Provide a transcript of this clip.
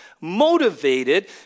motivated